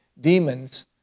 demons